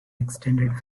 extended